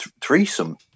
threesome